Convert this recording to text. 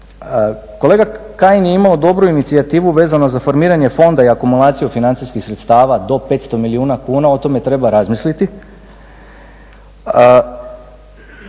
Kolega Kajin je imao dobro inicijativu vezano za formiranje fonda i akumulaciju financijskih sredstava do 500 milijuna kuna, o tome treba razmisliti.